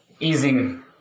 easing